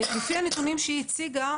על פי הנתונים שהיא הציגה,